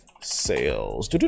Sales